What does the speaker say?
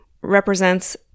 represents